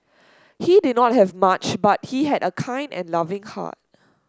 he did not have much but he had a kind and loving heart